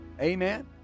Amen